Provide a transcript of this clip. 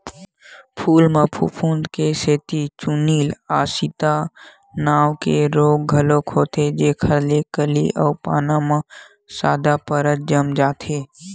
फूल म फफूंद के सेती चूर्निल आसिता नांव के रोग घलोक होथे जेखर ले कली अउ पाना म सादा परत जम जाथे